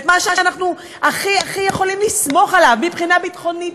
את מה שאנחנו הכי הכי יכולים לסמוך עליו מבחינה ביטחונית,